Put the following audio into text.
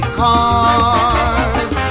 cars